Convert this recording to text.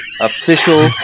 official